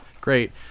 Great